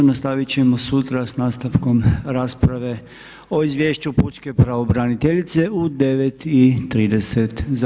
Nastavit ćemo sutra s nastavkom rasprave o Izvješću pučke pravobraniteljice u 9,30 sati.